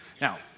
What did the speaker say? Now